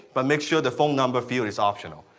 but make sure the phone number field is optional.